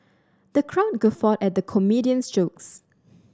the crowd guffawed at the comedian's jokes